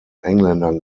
engländern